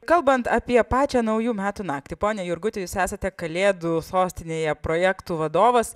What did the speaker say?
kalbant apie pačią naujų metų naktį pone jurguti jūs esat kalėdų sostinėje projektų vadovas